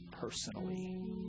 personally